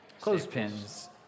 clothespins